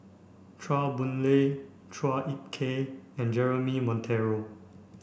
Chua Boon Lay Chua Ek Kay and Jeremy Monteiro